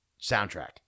soundtrack